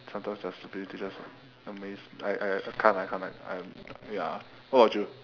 sometimes their stupidity just amaze me I I I can't I can't I ya what about you